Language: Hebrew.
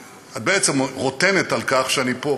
בעצם את רוטנת על כך שאני פה.